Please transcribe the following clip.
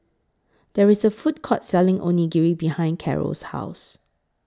There IS A Food Court Selling Onigiri behind Caro's House